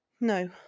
No